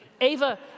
Ava